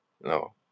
No